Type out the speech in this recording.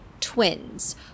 twins